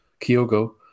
Kyogo